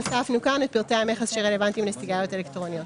הוספנו פה את פרטי המכס שרלוונטיים לסיגריות אלקטרוניות.